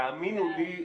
תאמינו לי,